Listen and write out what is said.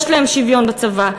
יש להן שוויון בצבא,